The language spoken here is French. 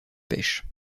pêche